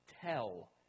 tell